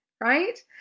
right